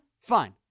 fine